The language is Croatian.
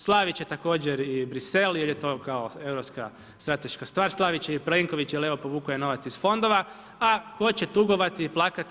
Slavit će također i Bruxelles jer je to kao europska strateška stvar, slavit će i Plenković jer evo povukao je novac iz fondova, a tko će tugovati i plakati?